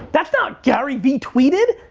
that's not gary v tweeted.